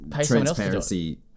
transparency